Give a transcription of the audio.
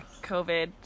COVID